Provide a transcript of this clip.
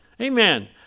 Amen